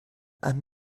and